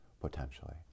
potentially